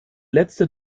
letzte